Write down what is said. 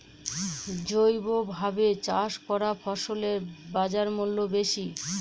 জৈবভাবে চাষ করা ফসলের বাজারমূল্য বেশি